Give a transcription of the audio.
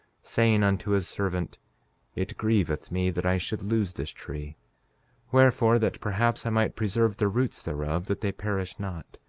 saying unto his servant it grieveth me that i should lose this tree wherefore, that perhaps i might preserve the roots thereof that they perish not,